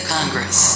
Congress